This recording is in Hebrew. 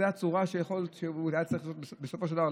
זו הצורה שהוא היה צריך לעשות בסופו של דבר.